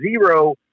zero